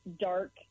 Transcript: dark